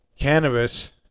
Cannabis